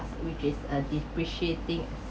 which is a depreciating